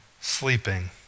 sleeping